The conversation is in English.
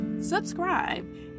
subscribe